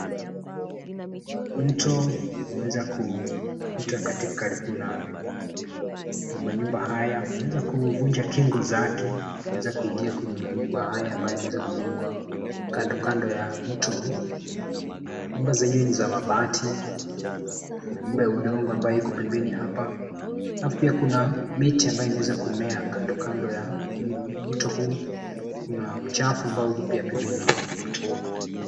Mto umeweza kupita kati karibu na manyumba haya. Umeweza kuvunja kingo zake, umeweza kuingia kwenye manyumba haya ambayo yameweza kujengwa kando kando ya mto huu. Nyumba zenyewe ni za mabati. Kuna nyumba ya udongo ambayo iko pembeni hapa. Alafu pia kuna miti ambayo imeweza kumea kando kando ya mto huu. Kuna uchafu ambao uko pia pembeni mwa mto huu.